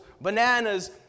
bananas